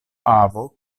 avo